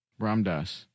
Ramdas